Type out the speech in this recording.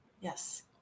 Yes